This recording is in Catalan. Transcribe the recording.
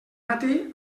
matí